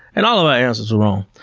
and all of our answers are wrong.